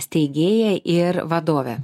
steigėja ir vadove